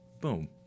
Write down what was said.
Boom